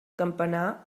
campanar